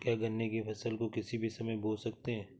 क्या गन्ने की फसल को किसी भी समय बो सकते हैं?